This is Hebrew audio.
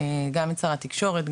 גם את שר התקשורת,